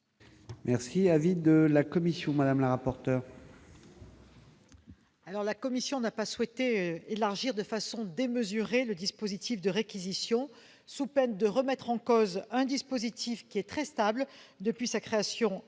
est l'avis de la commission ? La commission n'a pas souhaité élargir de façon démesurée le dispositif de réquisition, sous peine de remettre en cause un dispositif très stable depuis sa création